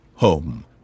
Home